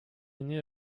année